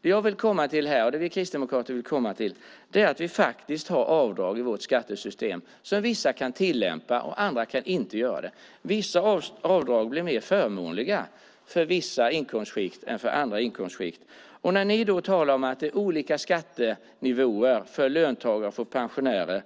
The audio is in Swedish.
Det vi kristdemokrater vill komma fram till är att vi har avdrag i vårt skattesystem som vissa kan tillämpa och andra inte. Somliga avdrag blir mer förmånliga för vissa inkomstskikt än för andra. När ni säger att det är olika skattenivåer för löntagare och pensionärer,